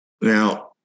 Now